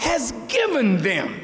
has given them